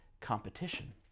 competition